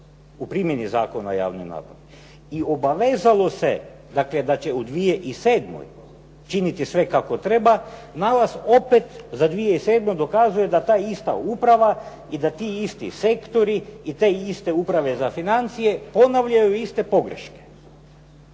u primjeni Zakona o javnoj nabavi i obavezalo se, dakle da će u 2007. činiti sve kako treba nalaz opet za 2007. dokazuje da ta ista uprava i da ti isti sektori i te iste Uprave za financije ponavljaju iste pogreške.